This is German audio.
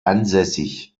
ansässig